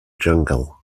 jungle